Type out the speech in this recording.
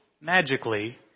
magically